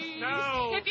No